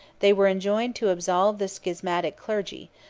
they were enjoined to absolve the schismatic clergy,